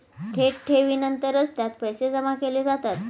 थेट ठेवीनंतरच त्यात पैसे जमा केले जातात